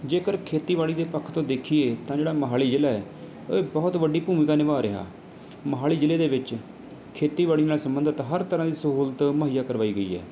ਜੇਕਰ ਖੇਤੀਬਾੜੀ ਦੇ ਪੱਖ ਤੋਂ ਦੇਖੀਏ ਤਾਂ ਜਿਹੜਾ ਮੋਹਾਲੀ ਜ਼ਿਲ੍ਹਾ ਇਹ ਬਹੁਤ ਵੱਡੀ ਭੂਮਿਕਾ ਨਿਭਾ ਰਿਹਾ ਮੋਹਾਲੀ ਜ਼ਿਲ੍ਹੇ ਦੇ ਵਿੱਚ ਖੇਤੀਬਾੜੀ ਨਾਲ਼ ਸੰਬੰਧਿਤ ਹਰ ਤਰ੍ਹਾਂ ਦੀ ਸਹੂਲਤ ਮੁਹੱਈਆ ਕਰਵਾਈ ਗਈ ਹੈ